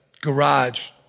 garage